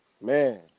man